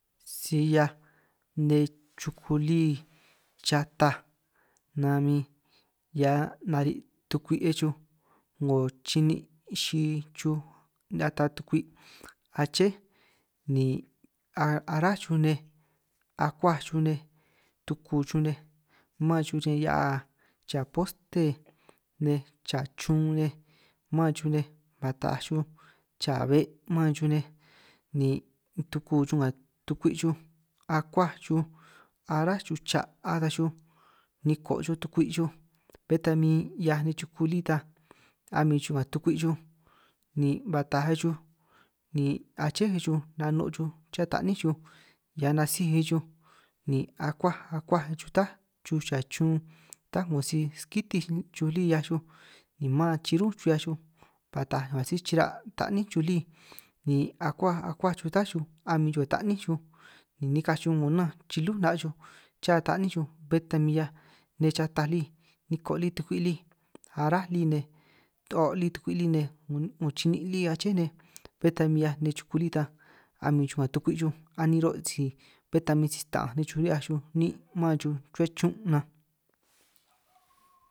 Si 'hiaj nej chuku lí chataj na min 'hiaj nari' tukwi'e chuj 'ngo chi'nin' xi chuj, ata tukwi' aché ni aráj xuj nej akuaj xuj nej tuku chuj nej man xuj riñan hia'a cha poste nej, cha chun nej mán chuj nej mán taaj chuj cha be' mán xuj nej ni tuku xuj nga tukwi' xuj, akuaj xuj ará xuj cha' ataj xuj niko' xuj tukwi' xuj bé ta min 'hiaj nej chuku lí ta, a'min xuj nga tukwi' ni ba taaj xuj ni aché xuj nano' xuj cha ta'ní xuj hiaj nasíj i xuj ni akuaj akuaj xuj ta xuj cha chun, tá 'ngo si skitinj xuj lí 'hiaj xuj ni maan chirú' chuj 'hiaj xuj ba taaj si chira' ta'ní chuj lí, ni akuaj akuaj xuj taj xuj a'min xuj nga ta'ní xuj ni nikaj xuj unanj chilú 'na' xuj cha ta'ní xuj, be ta min 'hiaj chataj lí niko' lí tukwi' lí aráj lí nej o' lí tukwi' lí nej 'ngo chi'nin' lí aché nej, bé ta min 'hiaj nej chuku lí ta a'min xuj nga tukwi' anin ruhuo' si bé ta min si sta'anj nej xuj ri'hiaj xuj man xuj ruhua chiñún' nan.